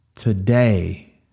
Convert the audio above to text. Today